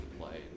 play